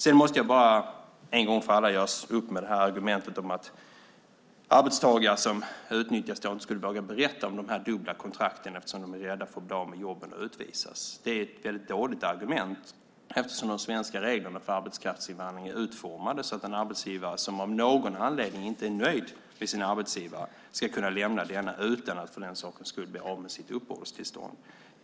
Sedan måste jag bara en gång för alla göra upp med argumentet om att arbetstagare som utnyttjas inte skulle våga berätta om de dubbla kontrakten, eftersom de är rädda för att bli av med jobbet och utvisas. Det är ett väldigt dåligt argument, eftersom de svenska reglerna för arbetskraftsinvandring är utformade så att en arbetstagare som av någon anledning inte är nöjd med sin arbetsgivare ska kunna lämna denna utan att för den sakens skull bli av med sitt uppehållstillstånd.